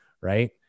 Right